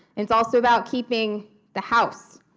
it's also about keeping the house,